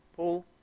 Paul